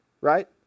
right